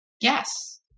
Yes